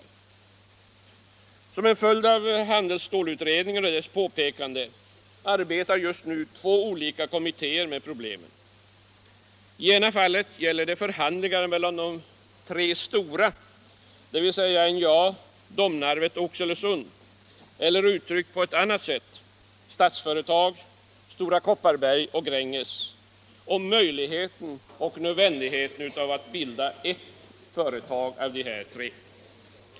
Som en följd av handelsstålsutredningen och dess påpekanden arbetar just nu två olika kommittéer med problemen. I det ena fallet gäller det förhandlingar mellan de tre stora, dvs. NJA, Domnarvet och Oxelösund, eller, uttryckt på annat sätt, Statsföretag, Stora Kopparberg AB och Gränges AB, om möjligheten och nödvändigheten av att bilda ett företag av dessa tre.